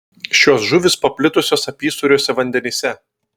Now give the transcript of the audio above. šios žuvys paplitusios apysūriuose vandenyse